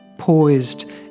poised